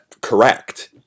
correct